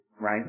right